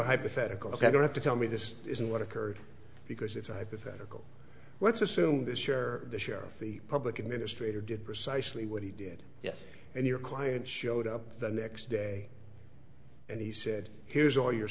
a hypothetical ok i don't have to tell me this isn't what occurred because it's a hypothetical let's assume this share the sheriff the public administrator did precisely what he did yes and your client showed up the next day and he said here's all your